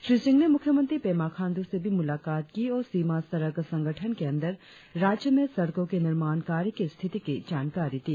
श्री सिंह ने मुख्यमंत्री पेमा खांडू से भी मुलाकात की और सीमा सड़क संगठन के अंदर राज्य में सड़कों के निर्माण कार्य की स्थिति की जानकारी दी